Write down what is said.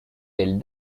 del